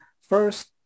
first